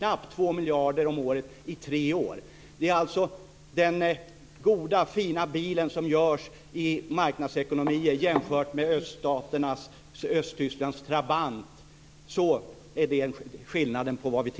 Skillnaden mellan vad vi tillför i vård är som skillnaden mellan den goda fina bilen gjord i en marknadsekonomi och det forna Östtysklands Trabant.